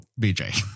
BJ